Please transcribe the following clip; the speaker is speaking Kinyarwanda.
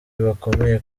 bakomeye